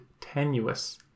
tenuous